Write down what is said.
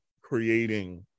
creating